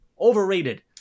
overrated